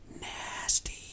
nasty